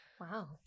Wow